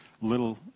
little